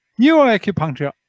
Neuroacupuncture